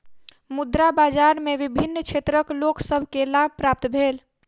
मुद्रा बाजार में विभिन्न क्षेत्रक लोक सभ के लाभ प्राप्त भेल